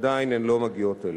שעדיין הן לא מגיעות אליהם,